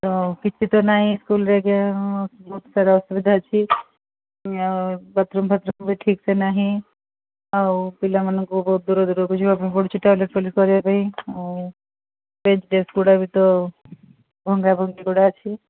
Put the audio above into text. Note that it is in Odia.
ତ କିଛି ତ ନାହିଁ ସ୍କୁଲ୍ରେ ଆଜ୍ଞା ବହୁତ ସାରା ଅସୁବିଧା ଅଛି ପୁଣି ଆଉ ବାଥରୁମ୍ ଫାଥରୁମ୍ ବି ଠିକ ସେ ନାହିଁ ଆଉ ପିଲାମାନଙ୍କୁ ବହୁତ ଦୁର ଦୁରକୁ ଯିବାପାଇଁ ପଡ଼ୁଛି ଟଏଲେଟ୍ ଫଏଲେଟ କରିବାପାଇଁ ଆଉ ବେଞ୍ଚ ଫେଂଞ୍ଚ ଗୁଡ଼ା ବି ତ ଭଙ୍ଗା ଭଙ୍ଗୀ ଗୁଡ଼ା ଅଛି